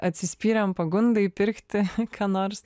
atsispyrėm pagundai pirkti ką nors